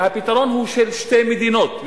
והפתרון הוא של שתי מדינות,